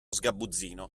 sgabuzzino